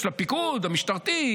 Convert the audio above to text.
הפיקוד המשטרתי,